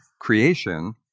creation